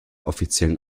offiziellen